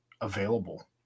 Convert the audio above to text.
available